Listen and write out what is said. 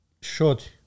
Short